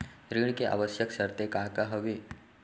ऋण के आवश्यक शर्तें का का हवे?